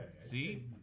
See